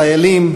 חיילים,